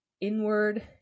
inward